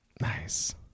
Nice